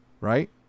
Right